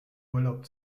urlaub